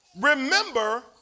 remember